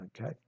okay